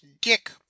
dick